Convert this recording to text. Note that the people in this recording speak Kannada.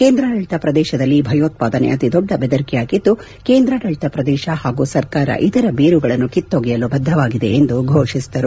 ಕೇಂದ್ರಾಡಳಿತ ಪ್ರದೇಶದಲ್ಲಿ ಭಯೋತ್ಪಾದನೆ ಅತಿ ದೊಡ್ಡ ಬೆದರಿಕೆಯಾಗಿದ್ದು ಕೇಂದ್ರಾಡಳಿತ ಪ್ರದೇಶ ಹಾಗೂ ಸರ್ಕಾರ ಇದರ ಬೇರುಗಳನ್ನು ಕಿತ್ತೊಗೆಯಲು ಬದ್ಧವಾಗಿದೆ ಎಂದು ಘೋಷಿಸಿದರು